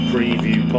Preview